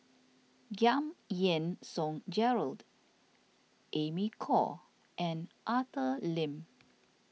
Giam Yean Song Gerald Amy Khor and Arthur Lim